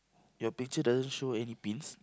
your picture doesn't show any pins